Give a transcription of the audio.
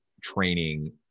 training